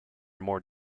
more